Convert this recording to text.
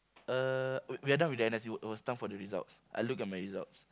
uh we we are done it was time for the results I look at my results